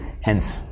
hence